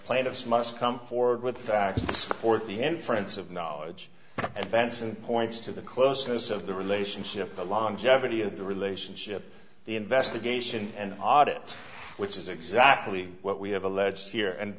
plate of smush come forward with facts to support the end friends of knowledge and benson points to the closeness of the relationship the longevity of the relationship the investigation and audit which is exactly what we have alleged here